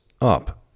up